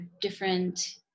different